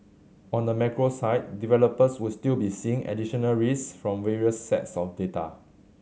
on the macro side developers would still be seeing additional risks from various sets of data